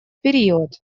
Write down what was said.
период